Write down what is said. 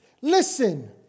listen